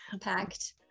Packed